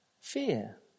Fear